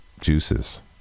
juices